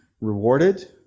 rewarded